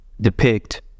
depict